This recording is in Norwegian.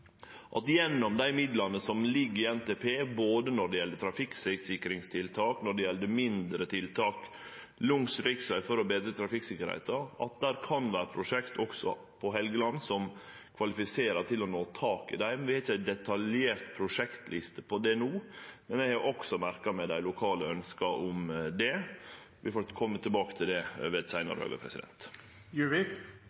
at det gjennom dei midlane som ligg i NTP når det gjeld både trafikksikringstiltak og mindre tiltak langs riksvegen for å betre trafikksikkerheita, kan vere prosjekt også på Helgeland. Vi har ikkje ei detaljert prosjektliste over det no, men eg har også merka meg dei lokale ønska om det. Vi får kome tilbake til det ved eit